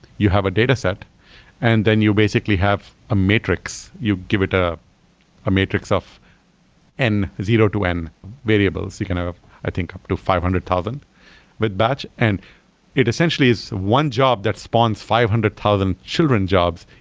you have a dataset and then you basically have a metrics. you give it ah a metrics of and zero to n variables. you can have i think up to five hundred thousand with batch. and it essentially is one job that spawns five hundred thousand children jobs.